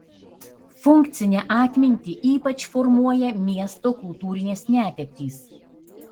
funkcinę atmintį ypač formuoja miesto kultūrinės netektys